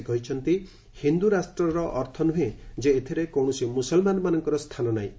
ସେ କହିଛନ୍ତି ହିନ୍ଦୁ ରାଷ୍ଟ୍ରର ଅର୍ଥ ନୁହେଁ ଯେ ଏଥିରେ କୌଣସି ମୁସଲମାନମାନଙ୍କର ସ୍ଥାନ ନାହିଁ